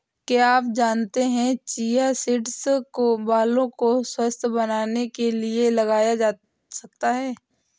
क्या आप जानते है चिया सीड्स को बालों को स्वस्थ्य बनाने के लिए लगाया जा सकता है?